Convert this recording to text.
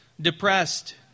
depressed